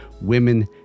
women